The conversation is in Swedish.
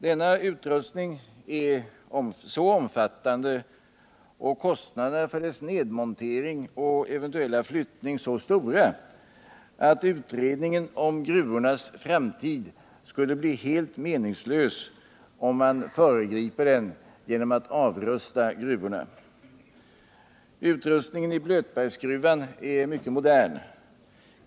Denna utrustning är nämligen så omfattande och kostnaderna för dess nedmontering och flyttning så stora, att utredningen om gruvornas framtid blir helt meningslös, om man föregriper den genom att avrusta gruvorna. Utrustningen i Blötbergsgruvan är mycket modern.